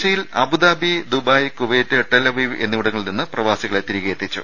കൊച്ചിയിൽ Abu Dhabi Dubai Kuwait Tel Aviv എന്നിവിടങ്ങളിൽ നിന്ന് പ്രവാസികളെ തിരിച്ചെത്തിച്ചു